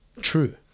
true